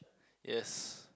yes